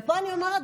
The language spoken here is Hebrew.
ופה אני אומר,